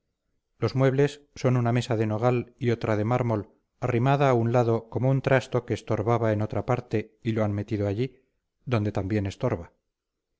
los muebles son una mesa de nogal y otra de mármol arrimada a un lado como un trasto que estorbaba en otra parte y lo han metido allí donde también estorba